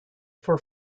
for